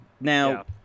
Now